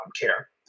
care